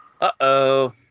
Uh-oh